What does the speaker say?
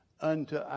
unto